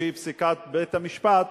לפי פסיקת בית-המשפט,